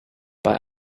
bei